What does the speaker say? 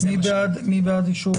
מי בעד אישור